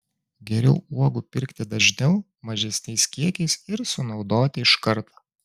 geriau uogų pirkti dažniau mažesniais kiekiais ir sunaudoti iš karto